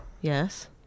Yes